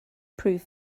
prove